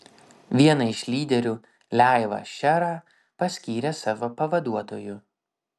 vieną iš lyderių leivą šerą paskyrė savo pavaduotoju